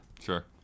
Sure